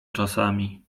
czasami